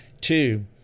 two